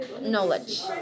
knowledge